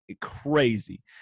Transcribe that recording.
crazy